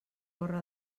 corre